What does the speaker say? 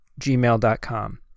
gmail.com